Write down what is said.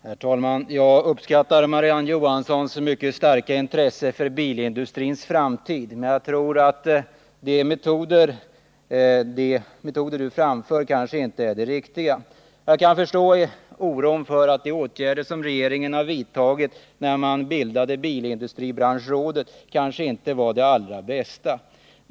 Herr talman! Jag uppskattar Marie-Ann Johanssons mycket starka intresse för bilindustrins framtid, men jag tror att de metoder hon förespråkar kanske inte är de riktiga. Jag kan förstå oron för att de åtgärder som regeringen vidtagit när man bildade bilindustribranschrådet kanske inte var de allra bästa.